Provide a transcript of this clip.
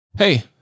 Hey